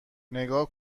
نگاه